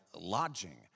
lodging